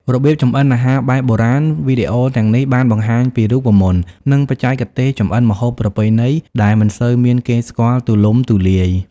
របៀបចម្អិនអាហារបែបបុរាណ វីដេអូទាំងនេះបានបង្ហាញពី រូបមន្ត និងបច្ចេកទេសចម្អិនម្ហូបប្រពៃណី ដែលមិនសូវមានគេស្គាល់ទូលំទូលាយ។